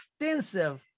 extensive